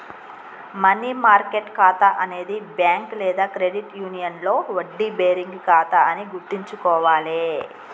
money market ఖాతా అనేది bank లేదా క్రెడిట్ యూనియన్లో వడ్డీ బేరింగ్ ఖాతా అని గుర్తుంచుకోవాలే